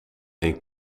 een